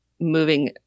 moving